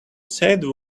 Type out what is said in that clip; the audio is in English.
said